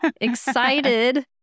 excited